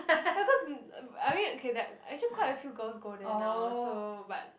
because mm I mean okay like actually quite a few girls go there now so but